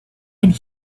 and